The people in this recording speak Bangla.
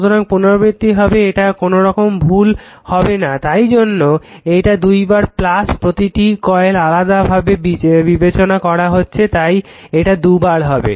সুতরাং পুনারাবৃত্তী হবে এটা কোনোরকম ভুল হবে না তাই জন্য এটা দুইবার হবে প্রতিটি কয়েল আলাদা ভাবে বিবেচনা করা হচ্ছে তাই এটা দুইবার হবে